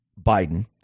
Biden